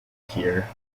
here